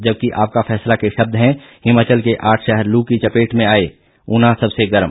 जबकि आपका फैसला के शब्द हैं हिमाचल के आठ शहर लू की चपेट में आए ऊना सबसे गर्म